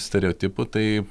stereotipų tai